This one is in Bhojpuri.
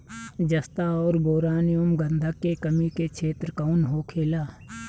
जस्ता और बोरान एंव गंधक के कमी के क्षेत्र कौन होखेला?